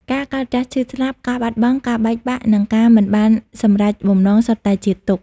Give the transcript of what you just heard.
ការកើត ចាស់ ឈឺ ស្លាប់ ការបាត់បង់ ការបែកបាក់ និងការមិនបានសម្រេចបំណងសុទ្ធតែជាទុក្ខ។